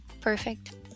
Perfect